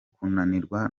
kunanirwa